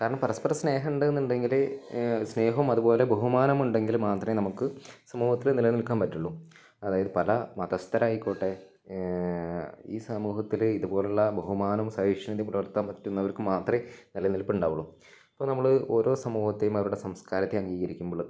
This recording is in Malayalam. കാരണം പരസ്പരസ്നേഹം ഉണ്ടെന്നുണ്ടെങ്കില് സ്നേഹവും അതുപോലെ ബഹുമാനവുമുണ്ടെങ്കില് മാത്രമേ നമുക്ക് സമൂഹത്തില് നിലനിൽക്കാൻ പറ്റുകയുള്ളൂ അതായത് പല മതസ്ഥരായിക്കോട്ടെ ഈ സമൂഹത്തില് ഇതുപോലെയുള്ള ബഹുമാനവും സഹിഷ്ണുതയും പുലര്ത്താന് പറ്റുന്നവർക്ക് മാത്രമേ നിലനിൽപ്പുണ്ടാവുകയുള്ളൂ ഇപ്പോള് നമ്മളോരോ സമൂഹത്തെയും അവരുടെ സംസ്കാരത്തെയും അംഗീകരിക്കുമ്പോള്